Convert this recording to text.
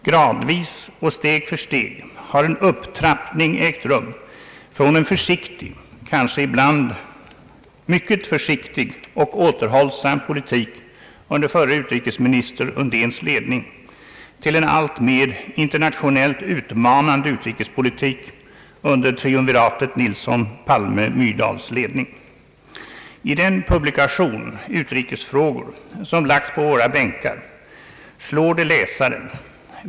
Gradvis och steg för steg har en upptrappning ägt rum från en försiktig, kanske ibland mycket försiktig och återhållsam politik under förre utrikesministern Undéns ledning till en alltmer internationellt utmanande utrikes politik under triumviratet Nilsson Palme-Myrdals ledning. I den publikation »Utrikesfrågor» som lagts på våra bänkar framstår för läsaren.